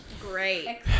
Great